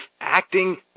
Acting